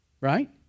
right